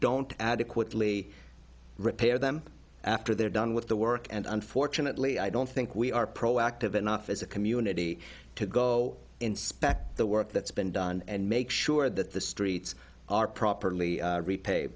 don't adequately repair them after they're done with the work and unfortunately i don't think we are proactive enough as a community to go inspect the work that's been done and make sure that the streets are properly repa